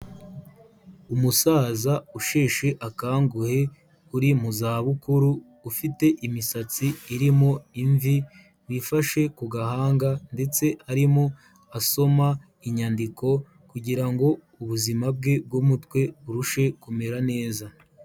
Umusaza usheshe akanguhe uri mu za bukuru ufite imisatsi irimo imvi wifashe ku gahanga ndetse arimo asoma inyandiko kugirango ubuzima bwe bw'umutwe burushe kumera neza.